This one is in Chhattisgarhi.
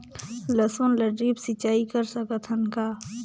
लसुन ल ड्रिप सिंचाई कर सकत हन का?